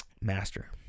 master